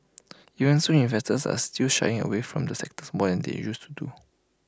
even so investors are still shying away from the sectors more than they used to